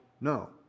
no